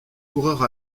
coureur